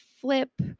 flip